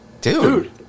Dude